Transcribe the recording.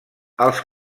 als